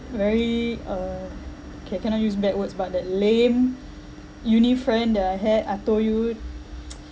very uh okay cannot use bad words but that lame uni friend that I had I told you